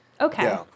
Okay